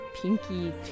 pinky